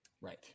right